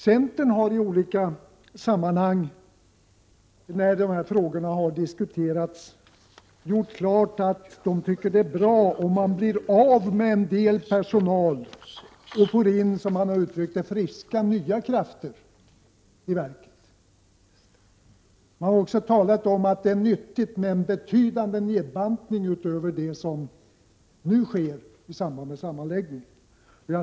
Centern har i olika sammanhang när de här frågorna diskuterats gjort klart att man tycker att det är bra, om verket blir av med en del personal och får in, som man har uttryckt det, friska, nya krafter. Man har också talat om att det är nyttigt med betydande nedbantning utöver den som nu sker i samband med sammanläggningen.